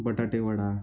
बटाटे वडा